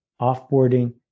offboarding